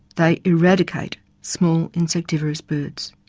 they eradicate small insectivorous birds.